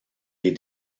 les